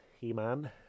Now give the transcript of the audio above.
He-Man